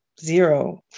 zero